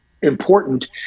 important